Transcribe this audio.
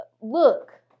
Look